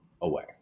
away